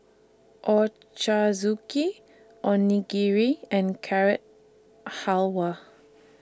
Ochazuke Onigiri and Carrot Halwa